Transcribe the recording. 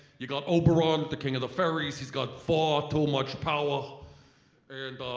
you got oberon, the king of the fairies, he's got far too much power and,